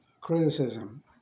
criticism